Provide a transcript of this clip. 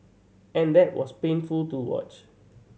and that was painful to watch